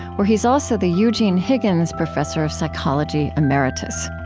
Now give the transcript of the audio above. where he's also the eugene higgins professor of psychology emeritus.